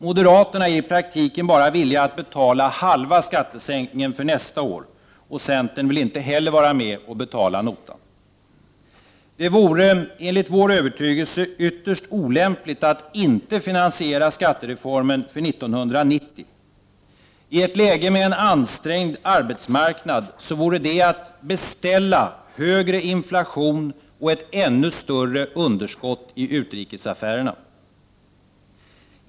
Moderaterna är i praktiken bara villiga att betala halva skattesänkningen för nästa år. Centern vill inte heller vara med och betala notan. Det vore, enligt vår övertygelse, ytterst olämpligt att inte finansiera skattereformen för 1990. I ett läge med en ansträngd arbetsmarknad vore det att beställa högre inflation och ett ännu större underskott i utrikesaffärerna.